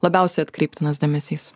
labiausiai atkreiptinas dėmesys